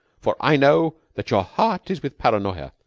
for i know that your heart is with paranoya.